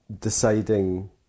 deciding